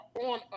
on